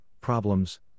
problems